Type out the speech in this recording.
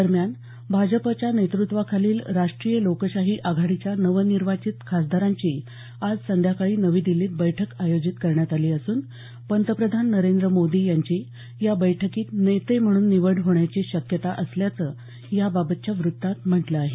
दरम्यान भाजपच्या नेतृत्त्वाखालील राष्ट्रीय लोकशाही आघाडीच्या नवनिर्वाचित खासदारांची आज संध्याकाळी नवी दिल्लीत बैठक आयोजित करण्यात आली असून पंतप्रधान नरेंद्र मोदी यांची या बैठकीत नेते म्हणून निवड होण्याची शक्यता असल्याचं याबाबतच्या वृत्तात म्हटलं आहे